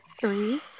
three